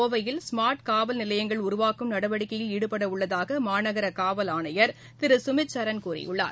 கோவையில் ஸ்மார்ட் காவல் நிலையங்கள் உருவாக்கும் நடவடிக்கையில் ஈடுபட உள்ளதாக மாநகர காவல் ஆணையர் திரு சுமித்சரண் கூறியுள்ளார்